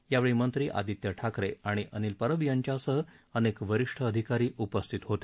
यावेळी मंत्री आदित्य ठाकरे अणि अनिल परब यांच्यासह अनेक वरिष्ठ अधिकारी उपस्थित होते